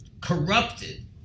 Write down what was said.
corrupted